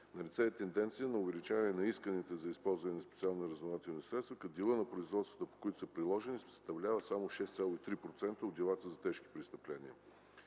Налице е тенденция на увеличаване на исканията за използване на специални разузнавателни средства, като делът на производствата, по които са приложени, съставлява само 6,3% от делата за тежки престъпления.